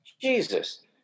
Jesus